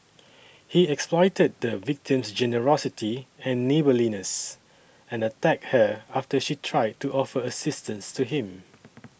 he exploited the victim's generosity and neighbourliness and attacked her after she tried to offer assistance to him